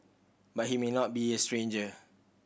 but he may not be a stranger